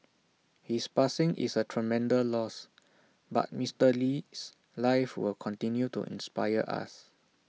his passing is A tremendous loss but Mister Lee's life will continue to inspire us